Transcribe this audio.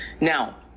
Now